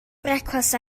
brecwast